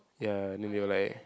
ya then they were like